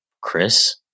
Chris